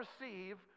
receive